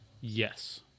Yes